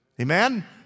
Amen